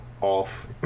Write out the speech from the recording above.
off